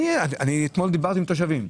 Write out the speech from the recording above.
שנית, מתוך 42 נכסים,